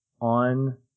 on